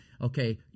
Okay